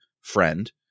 friend